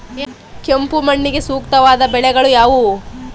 ಕೆಂಪು ಮಣ್ಣಿಗೆ ಸೂಕ್ತವಾದ ಬೆಳೆಗಳು ಯಾವುವು?